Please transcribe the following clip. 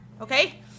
Okay